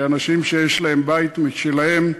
כי אנשים שיש להם בית משלהם,